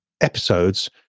episodes